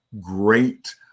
Great